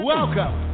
Welcome